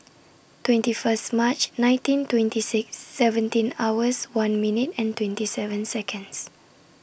twenty First March nineteen twenty six seventeen hours one minute and twenty seven Seconds